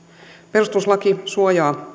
perustuslaki suojaa